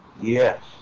yes